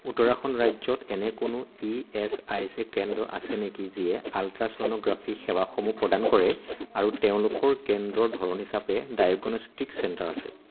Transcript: উত্তৰাখণ্ড ৰাজ্যত এনে কোনো ই এছ আই চি কেন্দ্ৰ আছে নেকি যিয়ে আল্ট্ৰাছ'ন'গ্ৰাফি সেৱাসমূহ প্ৰদান কৰে আৰু তেওঁলোকৰ কেন্দ্ৰৰ ধৰণ হিচাপে ডায়েগনষ্টিক চেণ্টাৰ আছে